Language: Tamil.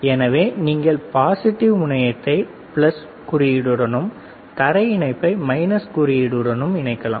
எனவே நீங்கள் பாசிட்டிவ் முனையத்தை பிளஸ் குறியீடுடனும் தரை இணைப்பை மைனஸ் குறியீடுடனும் இணைக்கலாம்